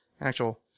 actual